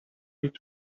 each